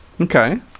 Okay